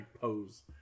pose